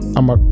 I'ma